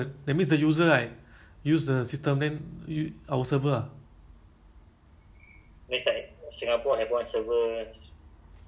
like U_S because it's only a singapore company I mean because the bank is local bank ah our local bank so ya U_S the business not so much ah